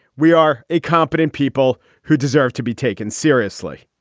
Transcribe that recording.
we are a competent people who deserve to be taken seriously.